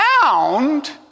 found